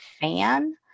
fan